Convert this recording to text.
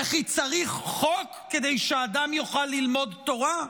וכי צריך חוק כדי שהאדם יוכל ללמוד תורה?